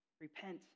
Repent